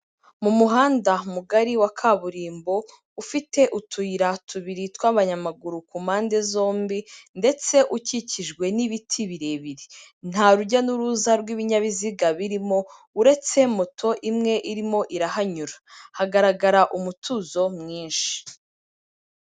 Mu muhanda mugari wa kaburimbo, ufite utuyira tubiri tw'abanyamaguru ku mpande zombi, ndetse ukikijwe n'ibiti birebire, nta rujya n'uruza rw'ibinyabiziga birimo uretse moto imwe irimo irahanyura hagaragara umutuzo mwinshi.